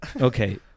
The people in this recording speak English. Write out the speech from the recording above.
Okay